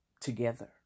together